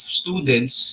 students